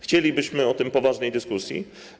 Chcielibyśmy o tym poważnej dyskusji.